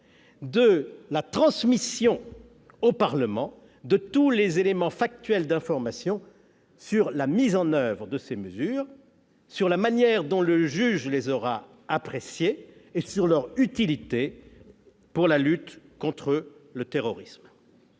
-de la transmission au Parlement de tous les éléments factuels d'information sur la mise en oeuvre de ces mesures, sur la manière dont le juge les aura appréciées et sur leur utilité pour la lutte contre le terrorisme.